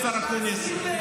השר אקוניס,